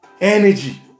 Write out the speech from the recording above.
energy